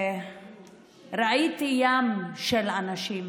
וראיתי ים של אנשים,